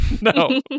No